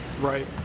Right